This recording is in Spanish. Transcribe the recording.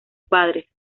padres